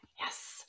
yes